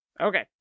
Okay